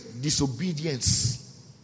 disobedience